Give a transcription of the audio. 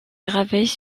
gravés